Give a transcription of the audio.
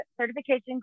certification